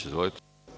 Izvolite.